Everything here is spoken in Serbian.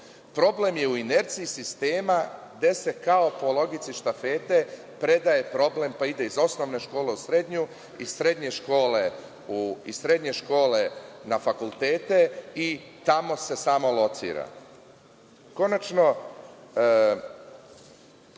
problem je u inerciji sistema gde se kao po logici štafete predaje problem pa ide iz osnovne škole u srednju, iz srednje škole na fakultete i tamo se samo locira. Konačno,